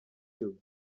too